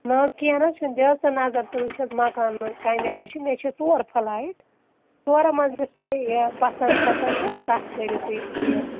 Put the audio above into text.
نہ حظ کیٚنٛہہ نہ حظ چھُنہٕ دِ حظ ژٕ نظر ژٕ وٕچھ حظ مَکان کَمہِ آیہِ چھِ مےٚ چھِ ژور پھٕلایِٹ ژورَن منٛز یُس تۄہہِ یہِ پَسَنٛد کھَسوٕ تہٕ تَتھ کٔرِو تُہۍ یہِ